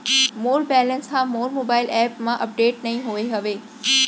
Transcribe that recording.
मोर balance हा मोर mobile app मा अपडेट नहीं होय हवे